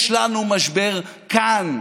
יש לנו משבר כאן,